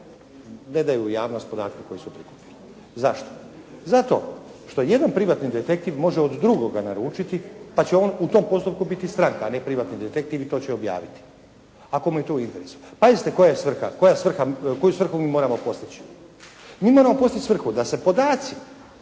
ne daju u javnost podatke koje su prikupili. Zašto? Zato što jedan privatni detektiv može od drugoga naručiti, pa će on u tom postupku biti stranka, a ne privatni detektiv i to će objaviti ako mu je to u interesu. Pazite koja je svrha, koju svrhu mi moramo postići? Mi moramo postići svrhu da se podaci